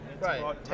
Right